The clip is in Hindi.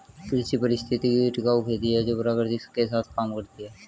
कृषि पारिस्थितिकी टिकाऊ खेती है जो प्रकृति के साथ काम करती है